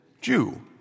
Jew